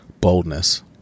Boldness